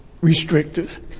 Restrictive